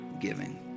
giving